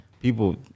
People